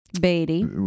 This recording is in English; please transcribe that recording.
Beatty